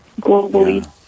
globally